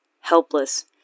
helpless